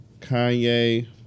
kanye